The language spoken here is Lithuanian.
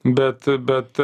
bet bet